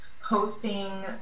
hosting